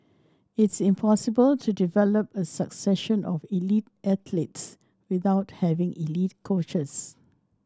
it's impossible to develop a succession of elite athletes without having elite coaches